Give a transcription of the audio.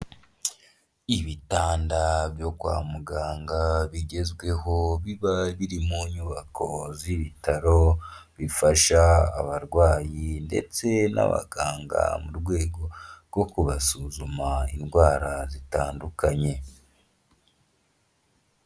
Ibitanda byo kwa muganga bigezweho, biba biri mu nyubako z'ibitaro, bifasha abarwayi ndetse n'abaganga, mu rwego rwo kubasuzuma indwara zitandukanye.